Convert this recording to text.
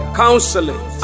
counseling